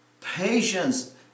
patience